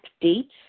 date